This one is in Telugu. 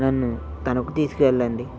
నన్నూ తణుకు తీసుకు వెళ్లండి